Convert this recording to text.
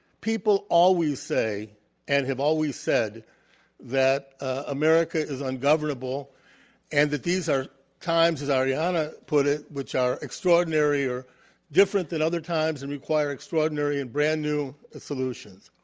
people always say and have always said that america is ungovernable and that these are times as arianna put it which are extraordinary, different than other times, and require extraordinary and brand new solutions.